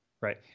Right